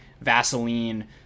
Vaseline